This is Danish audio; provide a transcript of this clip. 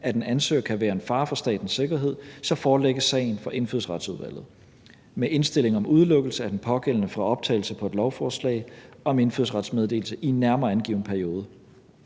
at en ansøger kan være en fare for statens sikkerhed, så forelægges sagen for Indfødsretsudvalget med indstilling om udelukkelse af den pågældende fra optagelse på et lovforslag om indfødsrets meddelelse i en nærmere angiven periode.